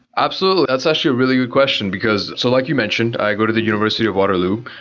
absolutely. that's such a really good question, because so like you mentioned, i go to the university of waterloo.